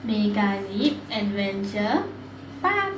Megazip adventure park